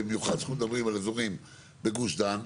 במיוחד כשאנחנו מדברים על אזורים בגוש דן,